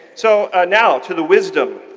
so now to the wisdom.